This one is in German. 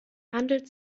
handelt